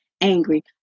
angry